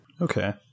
okay